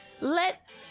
Let